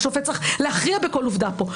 ושופט צריך להכריע בכל עובדה פה.